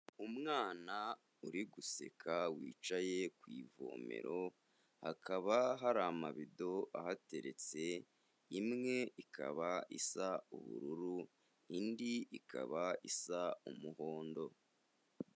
Umwana uri guseka wicaye ku ivomero hakaba hari amabido ahateretse, imwe ikaba isa ubururu indi ikaba isa umuhondo.